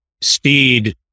speed